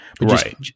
Right